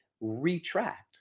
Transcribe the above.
retract